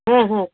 ಹಾಂ ಹಾಂ